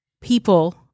People